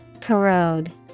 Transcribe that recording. Corrode